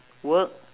work